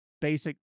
basic